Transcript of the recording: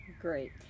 Great